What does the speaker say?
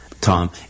Tom